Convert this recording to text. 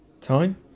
time